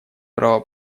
право